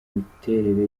miterere